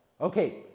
Okay